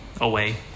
away